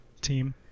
team